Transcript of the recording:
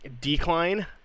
decline